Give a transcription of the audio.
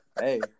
Hey